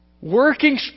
working